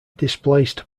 displaced